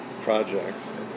projects